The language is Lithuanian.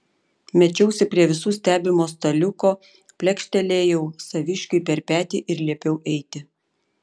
mečiausi prie visų stebimo staliuko plekštelėjau saviškiui per petį ir liepiau eiti